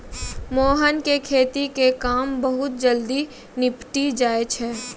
मोहन के खेती के काम बहुत जल्दी निपटी जाय छै